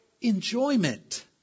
enjoyment